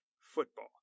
football